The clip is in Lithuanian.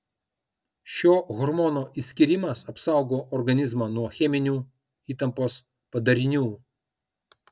šio hormono išskyrimas apsaugo organizmą nuo cheminių įtampos padarinių